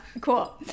Cool